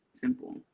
simple